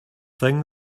thing